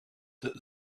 that